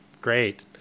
Great